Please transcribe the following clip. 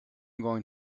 going